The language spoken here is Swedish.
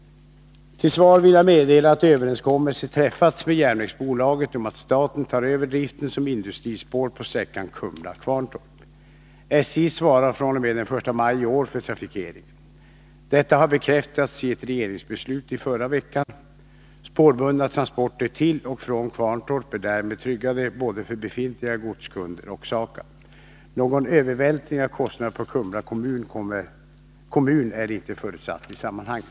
Till svar vill jag meddela att överenskommelse träffats med järnvägsbolaget om att staten tar över driften av industrispåret på sträckan Kumla-Kvarntorp. SJ svarar fr.o.m. den 1 maj i år för trafikeringen. Detta har bekräftats i ett regeringsbeslut i förra veckan. Spårbundna transporter till och från Kvarntorp är därmed tryggade både för befintliga godskunder och SAKAB. Någon övervältring av kostnader på Kumla kommun är inte förutsatt i sammanhanget.